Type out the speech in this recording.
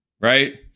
Right